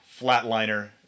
flatliner